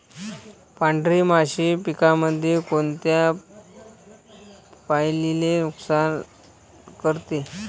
पांढरी माशी पिकामंदी कोनत्या पायरीले नुकसान करते?